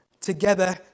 together